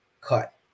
cut